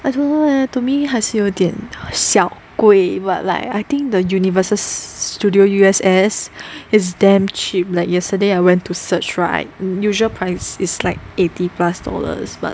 I don't know leh to me 还是有点小贵 but like I think the universal studio U_S_S is damn cheap like yesterday I went to search right usual price is like eighty plus dollars but